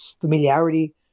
Familiarity